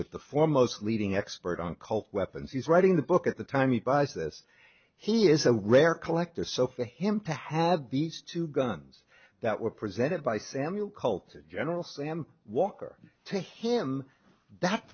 with the foremost leading expert on cult weapons he's writing the book at the time he buys this he is a rare collector so for him to have these two guns that were presented by samuel cult to general sam walker to him that